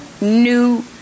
new